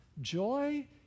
joy